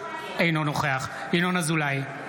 אינו נוכח ינון אזולאי,